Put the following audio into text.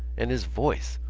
and his voice!